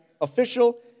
official